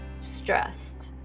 stressed